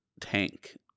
tank